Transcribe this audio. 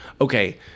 okay